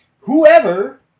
whoever